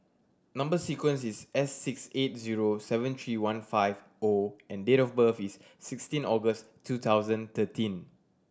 number sequence is S six eight zero seven three one five O and date of birth is sixteen August twenty thirteen